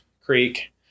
creek